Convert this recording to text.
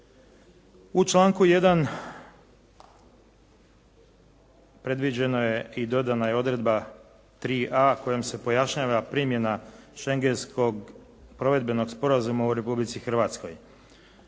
U članku 1. predviđeno je i dodana je odredba 3.a kojom se pojašnjava primjena Schengenskog provedbenog sporazuma u Republici Hrvatskoj.